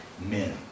men